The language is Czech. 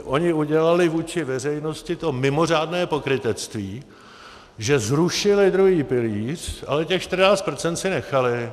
Oni udělali vůči veřejnosti to mimořádné pokrytectví, že zrušili druhý pilíř, ale těch 14 % si nechali.